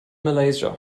malaysia